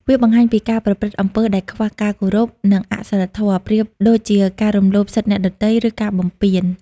វាបង្ហាញពីការប្រព្រឹត្តអំពើដែលខ្វះការគោរព និងអសីលធម៌ ប្រៀបដូចការរំលោភសិទ្ធិអ្នកដទៃ ឬការបំពាន។